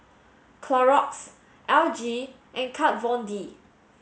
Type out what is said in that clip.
Clorox L G and Kat Von D